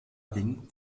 ging